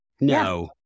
No